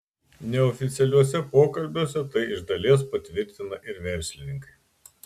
neoficialiuose pokalbiuose tai iš dalies patvirtina ir verslininkai